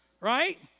right